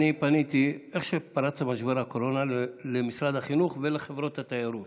איך שפרץ משבר הקורונה פניתי למשרד החינוך ולחברות התיירות